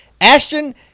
Ashton